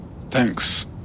Thanks